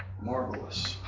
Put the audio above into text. Marvelous